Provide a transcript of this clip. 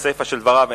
בסיפא של דבריו,